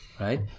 right